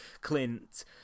Clint